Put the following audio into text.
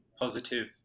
positive